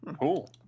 Cool